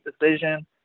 decision